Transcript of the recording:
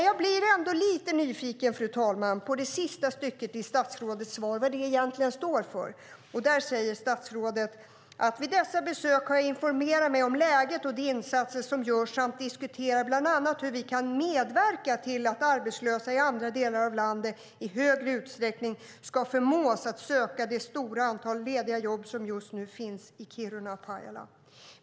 Jag blir ändå lite nyfiken, fru talman, på vad detta avsnitt i slutet av statsrådets svar egentligen står för: "Vid dessa besök har jag informerat mig om läget och de insatser som görs samt diskuterat bland annat hur vi kan medverka till att arbetslösa i andra delar av landet i högre utsträckning ska förmås att söka det stora antal lediga jobb som just nu finns i Kiruna och Pajala."